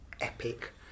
epic